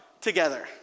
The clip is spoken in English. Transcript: together